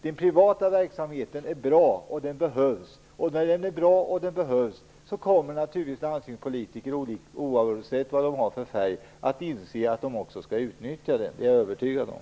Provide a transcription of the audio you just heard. Den privata verksamheten är bra och den behövs. När den är bra och när den behövs kommer naturligtvis landstingspolitiker oavsett vad de har för färg att inse att de också skall utnyttja den. Det är jag övertygad om.